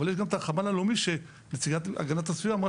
אבל יש גם את החמ"ל הלאומי שנציגת הגנת הסביבה אמרה